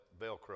Velcro